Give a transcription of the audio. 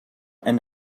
and